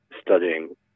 studying